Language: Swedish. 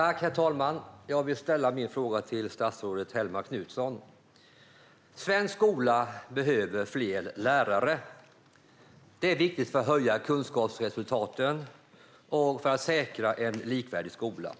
Herr talman! Jag vill ställa min fråga till statsrådet Hellmark Knutsson. Svensk skola behöver fler lärare. Det är viktigt för att höja kunskapsresultaten och för att säkra en likvärdig skola.